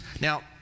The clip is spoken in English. Now